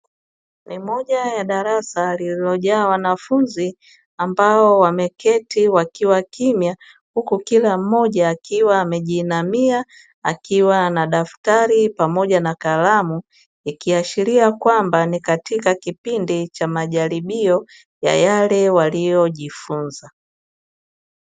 Ni moja ya darasa lililojaa wanafunzi ambao wameketi wakiwa kimya huku kila mmoja akiwa amejiinamia akiwa na daftari pamoja na kalamu ikiashiria kwamba ni katika kipindi cha majaribio ya yale waliyojifunza.